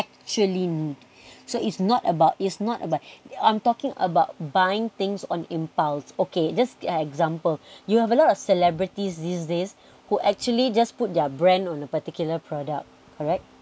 shirleen so it's not about is not about I'm talking about buying things on impulse okay just uh example you have a lot of celebrities these days who actually just put their brand on a particular product correct